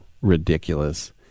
ridiculous